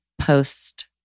post